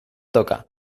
toca